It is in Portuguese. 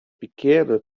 pequena